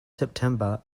september